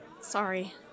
Sorry